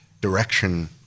direction